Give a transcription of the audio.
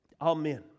Amen